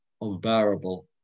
unbearable